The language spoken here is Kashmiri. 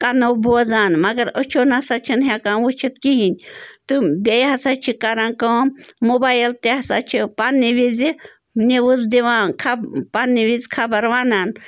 کَنَو بوزان مگر أچھو نَہ سا چھِنہٕ ہٮ۪کان وٕچھِتھ کِہیٖنۍ تہٕ بیٚیہِ ہسا چھِ کران کٲم موبایل تہِ ہسا چھِ پَنٛنہِ وِزِ نِوٕز دِوان پَنٛنہِ وِزِ خبر وَنان